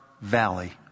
valley